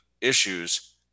issues